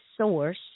source